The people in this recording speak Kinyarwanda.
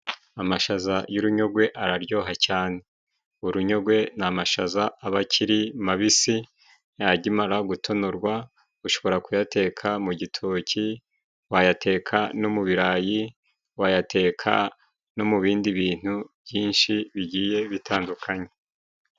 Amashaza y'urunyogwe araryoha cyane. Urunyogwe ni amashaza aba akiri mabisi yamara gutonorwa , ushobora kuyateka mu gitoki, wayateka no mu birayi, wayateka no mu bindi bintu byinshi bigiye bitandukanye.